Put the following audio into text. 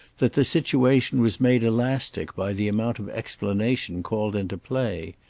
that the situation was made elastic by the amount of explanation called into play.